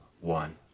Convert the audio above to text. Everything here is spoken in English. one